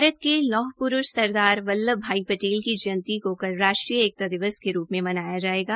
भारत के लौह प्रूष सरदार वल्लभाई पटेल की जयंती को कल राष्ट्रीय एकता दिवस के रूप में मनाया जायेगा